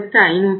15